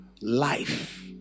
life